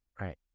Right